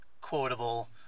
quotable